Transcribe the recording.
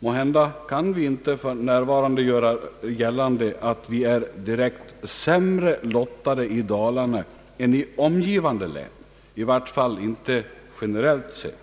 Måhända kan vi icke för närvarande göra gällande att vi direkt är sämre lottade i Dalarna än i omgivande län, i vart fall icke generellt sett,